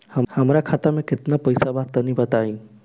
हमरा खाता मे केतना पईसा बा तनि बताईं?